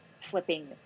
flipping